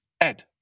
Ed